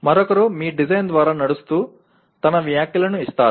మరొకరు మీ డిజైన్ ద్వారా నడుస్తూ తన వ్యాఖ్యలను ఇస్తారు